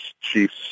Chiefs